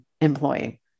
Employee